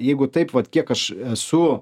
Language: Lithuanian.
jeigu taip vat kiek aš esu